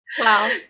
Wow